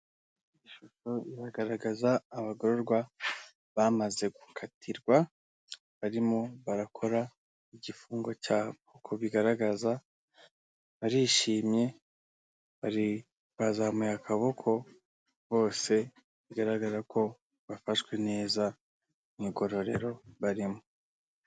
Ishusho iragaragaza abagororwa bamaze gukatirwa barimo barakora igifungo cyabo uko bigaragaza barishimye bari bazamuye akaboko bose bigaragara ko bafashwe neza mu igororero barimo.